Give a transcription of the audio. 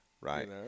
Right